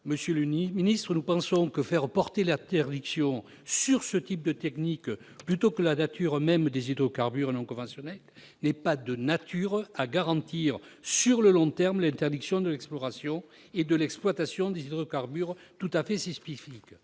Monsieur le ministre, nous pensons que faire porter l'interdiction sur des techniques plutôt que sur la nature même des hydrocarbures non conventionnels n'est pas de nature à garantir sur le long terme l'interdiction de l'exploration et de l'exploitation de ces hydrocarbures tout à fait spécifiques.